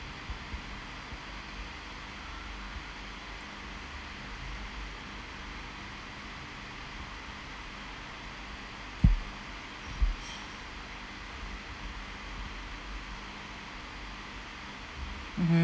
mmhmm